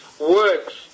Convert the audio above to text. works